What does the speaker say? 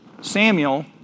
Samuel